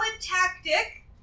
tactic